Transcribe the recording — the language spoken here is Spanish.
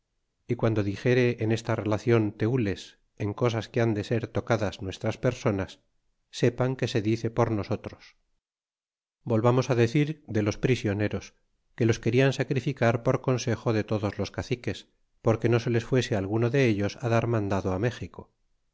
y quando dixere en esta relacion tenles en cosas que han de ser tocadas nuestras personas sepan que se dice por nosotros volvamos decir de los prisioneros que los querían sacrificar por consejo de todos los caciques porque no se les fuese alguno dellos á dar mandado á méxico